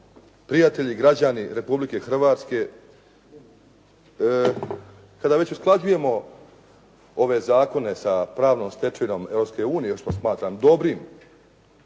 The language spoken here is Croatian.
prijatelji, građani Republike Hrvatske kada već usklađujemo ove zakone sa pravnom stečevinom Europske unije, što smatram dobrim,